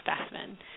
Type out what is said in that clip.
specimen